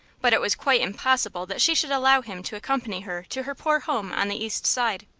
but it was quite impossible that she should allow him to accompany her to her poor home on the east side.